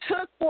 took